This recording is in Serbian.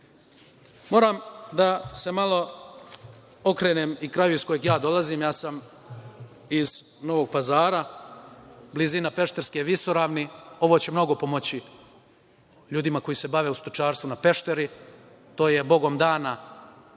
izbor. Moram da se malo okrenem i kraju iz kojeg ja dolazim, ja sam iz Novog Pazara, blizina Pešterske visoravni. Ovo će mnogo pomoći ljudima koji se bave stočarstvom na Pešteri, to je bogom dana